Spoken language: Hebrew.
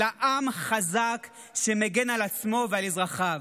אלא עם חזק שמגן על עצמו ועל אזרחיו.